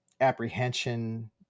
apprehension